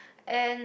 and